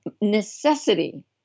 necessity